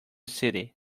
city